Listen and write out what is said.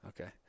Okay